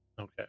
Okay